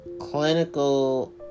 Clinical